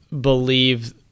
believe